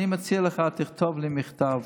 אני מציע לך: תכתוב לי מכתב